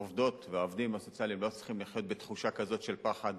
העובדות והעובדים הסוציאליים לא צריכים לחיות בתחושה כזאת של פחד